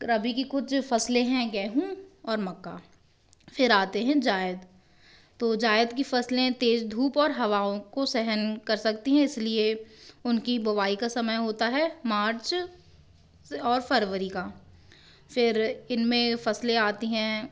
रबी की कुछ फसलें हैं गेहूँ और मक्का फिर आते है जायद तो जायद की फसलें तेज धूप और हवाओं को सहन कर सकती है इसलिए उनकी बुआई का समय होता है मार्च और फरवरी का फिर इनमें फसलें आती हैं